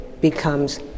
becomes